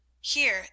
Here